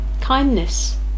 kindness